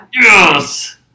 Yes